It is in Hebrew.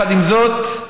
עם זאת,